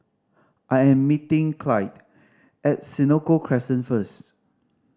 I am meeting Clide at Senoko Crescent first